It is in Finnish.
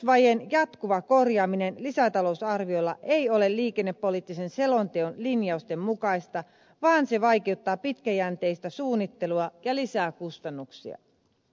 rahoitusvajeen jatkuva korjaaminen lisätalousarvioilla ei ole liikennepoliittisen selonteon linjausten mukaista vaan se vaikeuttaa pitkäjänteistä suunnittelua ja lisää kustannuksia